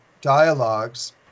dialogues